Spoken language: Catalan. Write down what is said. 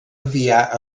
enviar